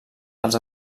dels